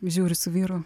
žiūriu su vyru